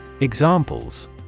Examples